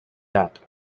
that